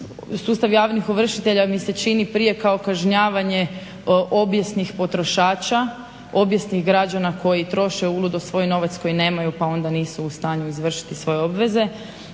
Sustav javnih ovršitelja mi se čini prije kao kažnjavanje obijesnih potrošača, obijesnih građana koji troše uludo svoj novac koji nemaju pa onda nisu u stanju izvršiti svoje obveze.